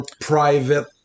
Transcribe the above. private